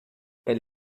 elle